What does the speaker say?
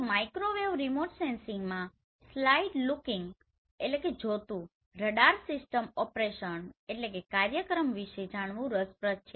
તો microwave remote સેન્સિંગમાં side લૂકિંગlookingજોતું રડાર સિસ્ટમ ઓપરેશનoperationકાર્યક્રમ વિશે જાણવું રસપ્રદ છે